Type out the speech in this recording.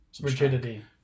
rigidity